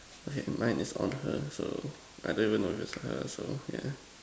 my my is on her so I don't even know is her so yeah